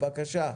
בבקשה.